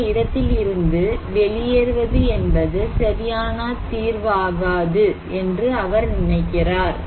இந்த இடத்தில் இருந்து வெளியேறுவது என்பது சரியான தீர்வாகாது என்று அவர் நினைக்கிறார்